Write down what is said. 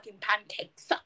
pancakes